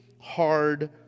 hard